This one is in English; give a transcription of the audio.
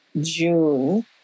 June